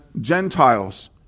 Gentiles